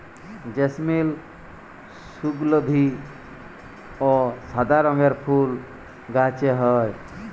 জেসমিল সুগলধি অ সাদা রঙের ফুল গাহাছে হয়